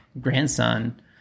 grandson